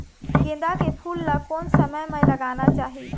गेंदा के फूल ला कोन समय मा लगाना चाही?